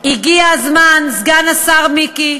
הגיע הזמן, סגן השר מיקי,